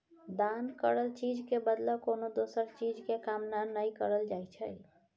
दान करल चीज के बदला कोनो दोसर चीज के कामना नइ करल जाइ छइ